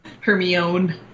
Hermione